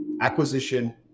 Acquisition